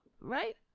Right